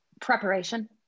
preparation